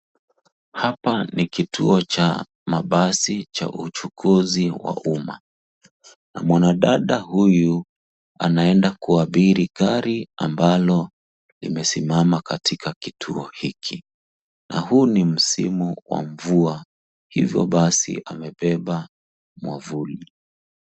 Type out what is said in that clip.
Hapa ni kituo cha mabasi cha uchukuzi wa umma. Na mwanadada huyu, anaenda kuabiri gari ambalo limesimama katika kituo hiki. Na huu ni msimu wa mvua. Hivo basi amebeba mwavuli.